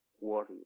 worry